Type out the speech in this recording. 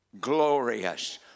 glorious